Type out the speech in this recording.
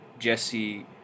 jesse